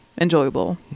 enjoyable